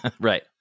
Right